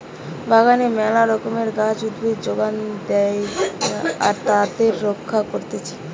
বাগানে মেলা রকমের গাছ, উদ্ভিদ যোগান দেয়া আর তাদের রক্ষা করতিছে